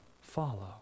follow